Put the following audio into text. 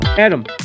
Adam